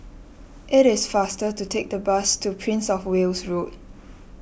it is faster to take the bus to Prince of Wales Road